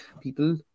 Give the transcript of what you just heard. people